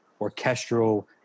orchestral